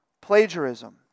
plagiarism